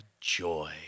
joy